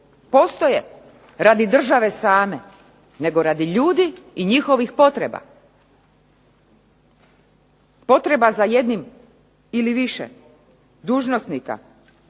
postoje radi države same, nego radi ljudi i njihovih potreba. Potreba za jednim ili više dužnosnika,